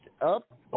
up